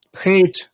hate